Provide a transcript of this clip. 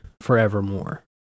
forevermore